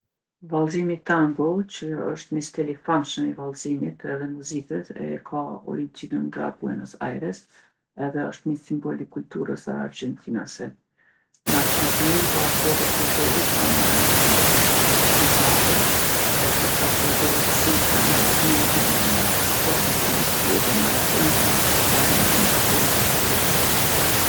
Vallzimi tango, që është ni stil i famshëm i vallzimit edhe muzikës, e ka origjininën nga Buenos Ajres edhe osht ni simbol i kulturës argjentinase. N'Argjentinë poashtu edhe futbolli ka ni randsi shumë t'madhe edhe ka prodhu shumë emra t'njohun në futboll, si Dijego Maradona, Llajonell Mesi edhe plot të tjerë.